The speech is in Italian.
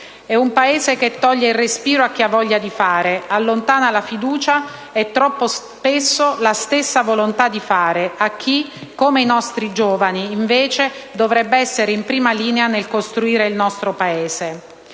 È un Paese che toglie il respiro a chi ha voglia di fare, allontana la fiducia e, troppo spesso, la stessa volontà di fare a chi, come i nostri giovani, dovrebbe invece essere in prima linea nel costruire il nostro Paese.